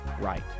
right